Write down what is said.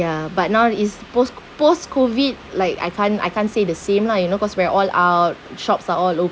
ya but now it's post post COVID like I can't I can't say the same lah you know cause we're all out shops are all open